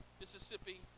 Mississippi